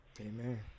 Amen